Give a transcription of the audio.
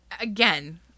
Again